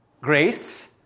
Grace